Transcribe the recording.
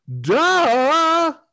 Duh